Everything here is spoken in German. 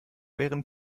wären